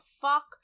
fuck